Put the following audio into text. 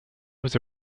was